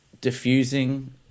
diffusing